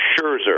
Scherzer